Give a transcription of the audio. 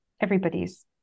everybody's